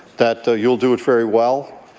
that you'll do it very well.